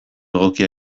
egokia